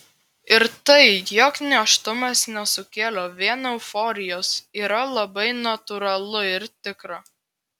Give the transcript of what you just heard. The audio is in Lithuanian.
ir tai jog nėštumas nesukėlė vien euforijos yra labai natūralu ir tikra